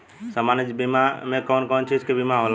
सामान्य बीमा में कवन कवन चीज के बीमा होला?